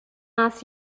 است